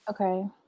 Okay